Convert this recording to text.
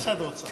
מה שאת רוצה.